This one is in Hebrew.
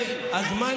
הנושא הזה,